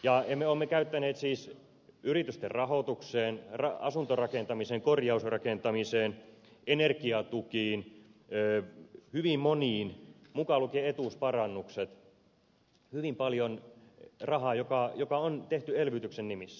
me olemme käyttäneet siis yritysten rahoitukseen asuntorakentamiseen korjausrakentamiseen energiatukiin hyvin moniin asioihin mukaan lukien etuusparannukset hyvin paljon rahaa mikä on tehty elvytyksen nimissä